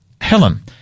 Helen